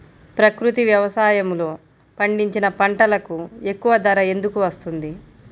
ప్రకృతి వ్యవసాయములో పండించిన పంటలకు ఎక్కువ ధర ఎందుకు వస్తుంది?